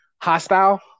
hostile